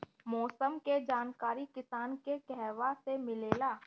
मौसम के जानकारी किसान के कहवा से मिलेला?